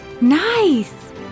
Nice